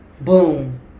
boom